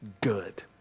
good